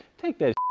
take that